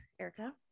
erica